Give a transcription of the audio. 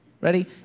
Ready